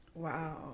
Wow